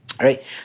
Right